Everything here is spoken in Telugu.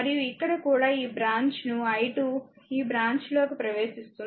మరియు ఇక్కడ కూడా ఈ బ్రాంచ్ నుi 2 ఈ బ్రాంచ్ లోకి ప్రవేశిస్తుంది